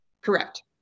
Correct